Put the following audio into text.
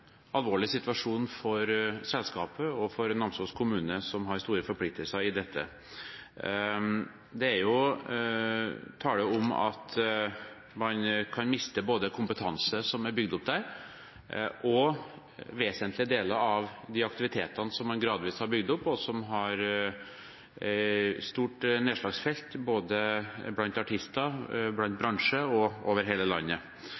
alvorlig situasjon for selskapet og for Namsos kommune, som har store forpliktelser i dette. Det er jo tale om at man kan miste både kompetanse som er bygd opp der, og vesentlige deler av de aktivitetene som man gradvis har bygd opp, og som har et stort nedslagsfelt både blant artister, i bransjen og over hele landet.